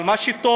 אבל מה שטוב,